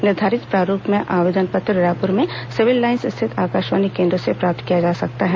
निर्धारित प्रारूप में आवेदन पत्र रायपुर में सिविल लाईन्स स्थित आकाशवाणी केन्द्र से प्राप्त किया जा सकता है